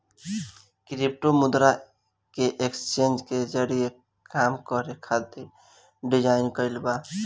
crypto मुद्रा के exchange के जरिए काम करे खातिर डिजाइन कईल गईल बा